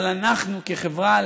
אבל אנחנו כחברה,